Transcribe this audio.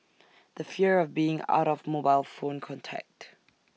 the fear of being out of mobile phone contact